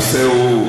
הנושא הוא,